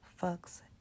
fucks